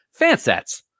Fansets